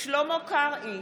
שלמה קרעי,